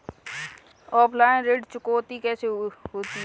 Offline ऋण चुकौती कैसे करते हैं?